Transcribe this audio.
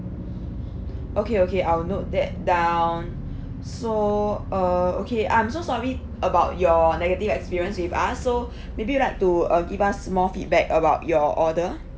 okay okay I'll note that down so uh okay I'm so sorry about your negative experience with us so maybe you like to uh give us more feedback about your order